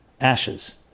ashes